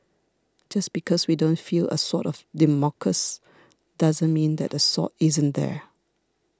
just because we don't feel a Sword of Damocles doesn't mean that the sword isn't there